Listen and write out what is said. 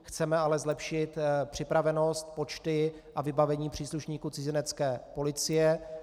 Chceme ale zlepšit připravenost, počty a vybavení příslušníků Cizinecké policie.